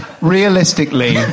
Realistically